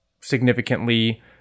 significantly